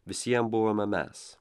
visi jam buvome mes